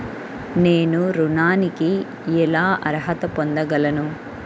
నేను ఋణానికి ఎలా అర్హత పొందగలను?